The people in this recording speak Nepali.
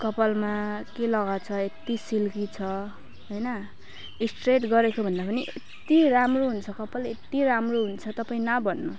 कपालमा के लगाएको छ यति सिल्की छ होइन स्ट्रेट गरेको भन्दा पनि यति राम्रो हुन्छ कपाल यति राम्रो हुन्छ तपाईँ नभन्नु